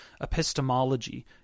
epistemology